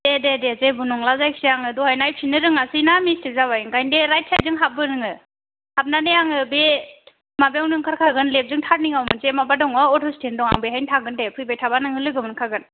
दे दे दे जेबो नंला जायखिया आङो दहाय नायफिननो रोङासैना मिस्टेक जाबाय ओंखायनो दे राइट साइडजों हाबबो नोङो हाबनानै आङो बे माबायावनो ओंखारखागोन लेफ्टजों टारनिंआव मोनसे माबा दङ अट'स्टेन्ड दं आं बेहायनो थागोन दे फैबाय थाब्ला नोङो लोगो मोनखागोन